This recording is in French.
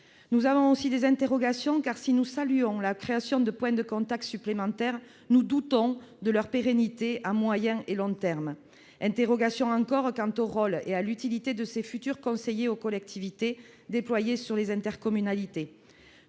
nous avons des interrogations : si nous saluons la création de points de contact supplémentaires, nous doutons de leur pérennité à moyen et long termes. Nous nous interrogeons aussi sur le rôle et l'utilité de ces futurs conseillers aux collectivités, déployés sur les intercommunalités.